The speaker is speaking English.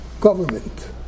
government